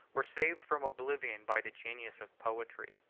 were saved from oblivion by the genius of poetry.